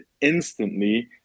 instantly